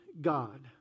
God